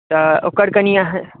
तऽ ओकर कनि अहाँ